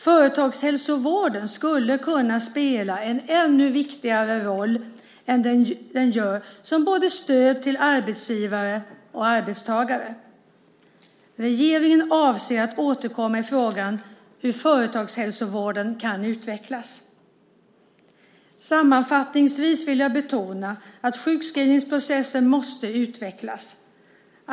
Företagshälsovården skulle kunna spela en ännu viktigare roll än den gör som stöd både för arbetsgivare och för arbetstagare. Regeringen avser att återkomma i frågan hur företagshälsovården kan utvecklas. Sammanfattningsvis vill jag betona att sjukskrivningsprocessen måste utvecklas.